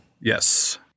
Yes